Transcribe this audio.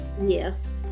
Yes